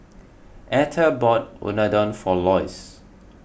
Etter bought Unadon for Loyce